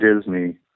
Disney